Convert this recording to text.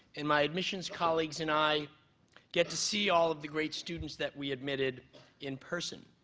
and my admissions colleagues and i get to see all of the great students that we admitted in person.